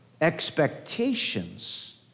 expectations